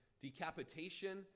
decapitation